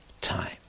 time